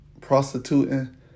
prostituting